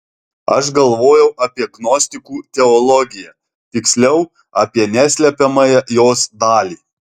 aš galvojau apie gnostikų teologiją tiksliau apie neslepiamąją jos dalį